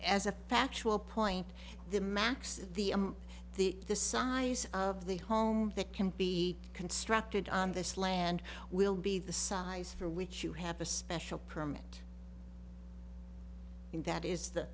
as a factual point the max the the the size of the home that can be constructed on this land will be the size for which you have a special permit that is the